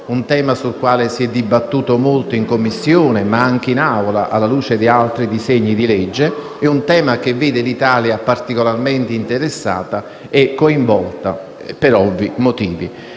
sul quale si è dibattuto molto in Commissione, ma anche in Assemblea, alla luce di altri disegni di legge; un tema che vede l'Italia particolarmente interessata e coinvolta per ovvi motivi.